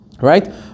right